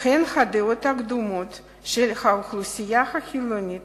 הן הדעות הקדומות של האוכלוסייה החילונית